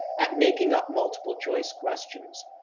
at making up multiple choice questions,